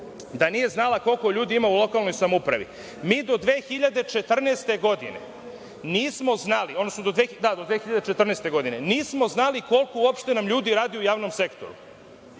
nije znala koliko ljudi ima u lokalnoj samoupravi, mi do 2014. godine nismo znali koliko nam uopšte ljudi radi u javnom sektoru,